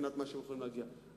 מה שהם יכולים להגיע אליו,